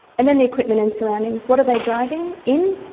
and then the equipment and surroundings what are they driving in,